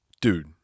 Dude